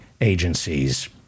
agencies